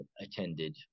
attended